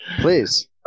please